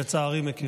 לצערי, מכיר.